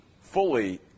fully